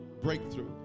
breakthrough